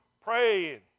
praying